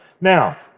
Now